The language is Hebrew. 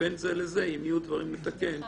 ובין זה לזה אם יהיו דברים לתקן נעשה.